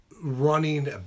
running